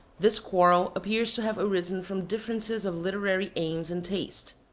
this quarrel appears to have arisen from differences of literary aims and taste,